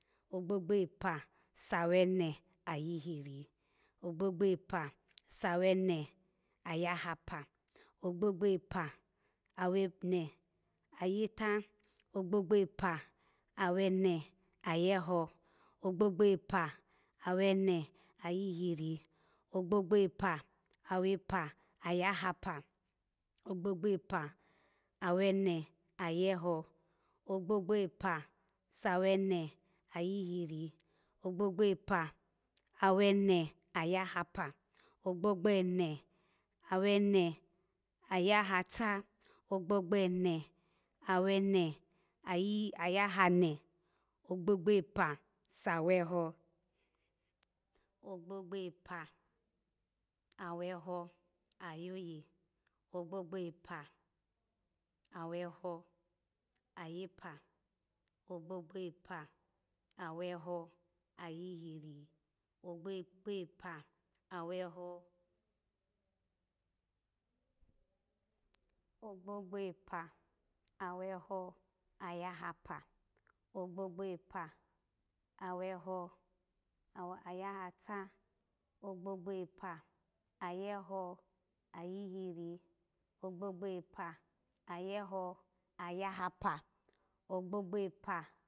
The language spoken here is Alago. Ogbogbo epa sa wene ayihiri, ogbogbo epa awene ayahapa, ogbogbo epa awene ayeta, ogbogbo epa awene ayeho, ogbogbo epa awene ayihiri, ogbogbo epa awene ayahapa, ogbogbo epa awene ayeho, ogbogbo epa sa wene ayihiri, ogbogbo epa sa wene ayahapa, ogbogbo epa sa wene ayahapa, ogbogbo epa sa wene ayahata, ogbogbo epa sa wene ayi aya hane, ogbogbo epa awene ayi aya hane, ogbogbo epa sa weho, ogbogbo epa aweho ayoye, ogbogbo epa aweho ayepa, ogbogbo epa aweho ayihiri, ogbogbo gbo gbo epa aweho ogbogba epa aweho ayahapa, ogbogbo epa aweho ayahata, ogbogbo epa ayeho, ayihiri, ogbogbo epa ayeho ayahapa, ogbogbo epa